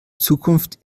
zukunft